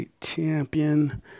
champion